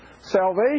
Salvation